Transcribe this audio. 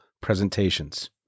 presentations